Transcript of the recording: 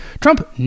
Trump